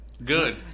Good